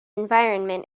environment